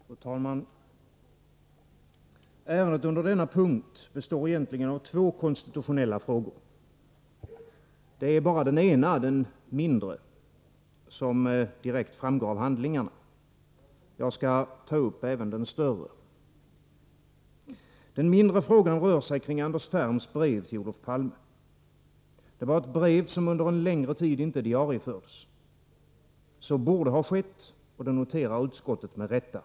Fru talman! Ärendet under denna punkt består egentligen av två konstitutionella frågor. Det är bara den ena — den mindre — som direkt framgår av handlingarna. Jag skall ta upp även den större. Den mindre frågan rör sig kring Anders Ferms brev till Olof Palme. Det var ett brev som under en längre tid inte diariefördes. Så borde ha skett, och det noterar utskottet med rätta.